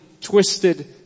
twisted